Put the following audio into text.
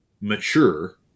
mature